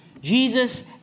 Jesus